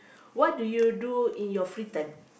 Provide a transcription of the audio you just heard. what do you do in your free time